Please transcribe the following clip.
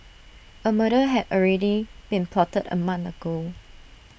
A murder had already been plotted A month ago